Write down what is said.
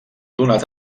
donat